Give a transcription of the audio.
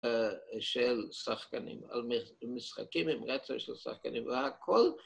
אה.. של שחקנים, על מש.. משחקים עם רצף של שחקנים, והכל